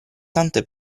tante